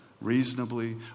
reasonably